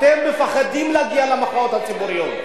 אתם מפחדים להגיע למחאות הציבוריות.